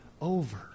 over